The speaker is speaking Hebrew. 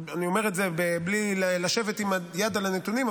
אני אומר את זה בלי לשבת עם היד על הנתונים,